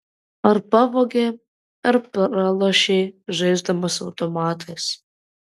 ar pavogė ar pralošei žaisdamas automatais